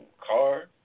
car